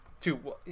two